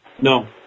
no